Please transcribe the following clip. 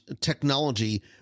technology